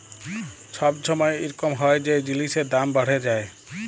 ছব ছময় ইরকম হ্যয় যে জিলিসের দাম বাড়্হে যায়